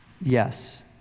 Yes